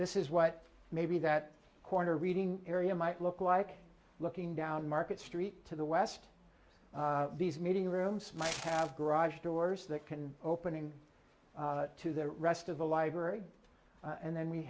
this is what maybe that corner reading area might look like looking down market street to the west these meeting rooms might have garage doors that can opening to the rest of the library and then we